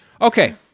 Okay